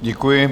Děkuji.